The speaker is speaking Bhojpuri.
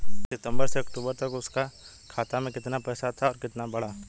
सितंबर से अक्टूबर तक उसका खाता में कीतना पेसा था और कीतना बड़ा?